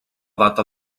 data